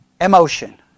Emotion